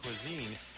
cuisine